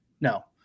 No